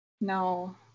No